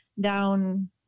down